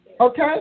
Okay